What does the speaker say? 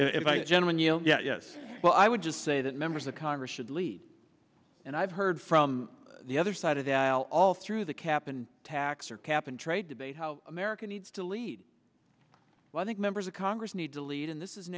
if i general knew yes well i would just say that members of congress should lead and i've heard from the other side of the aisle all through the cap and tax or cap and trade debate how america needs to lead i think members of congress need to lead and this is an